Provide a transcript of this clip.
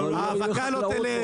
ההאבקה לא תלך,